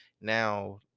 Now